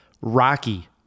Rocky